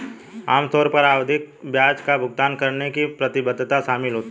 आम तौर पर आवधिक ब्याज का भुगतान करने की प्रतिबद्धता शामिल होती है